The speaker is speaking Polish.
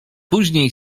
później